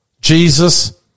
Jesus